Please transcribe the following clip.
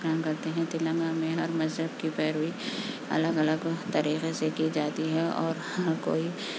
احترام کرتے ہیں تلنگانہ میں ہر مذہب کی پیروی الگ الگ طریقے سے کی جاتی ہے اور ہر کوئی